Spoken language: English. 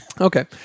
Okay